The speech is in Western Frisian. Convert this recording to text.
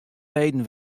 reden